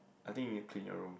I think you need to clean your room